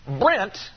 Brent